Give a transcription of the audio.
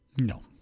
No